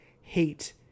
hate